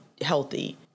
healthy